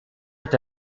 est